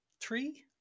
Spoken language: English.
Three